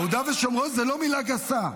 יהודה ושומרון זה לא מילה גסה.